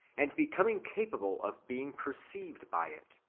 and becoming capable of being perceived by it,